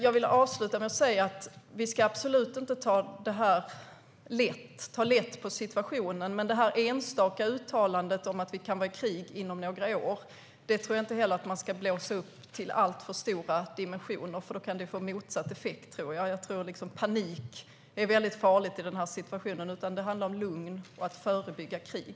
Jag vill avsluta med att säga att vi absolut inte ska ta lätt på situationen, men det här enstaka uttalandet om att vi kan vara i krig inom några år tror jag inte att man ska blåsa upp till alltför stora dimensioner, för då tror jag att det kan få motsatt effekt. Panik är farligt i den här situationen. Det handlar om att vara lugn och att förebygga krig.